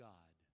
God